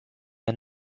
and